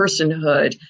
personhood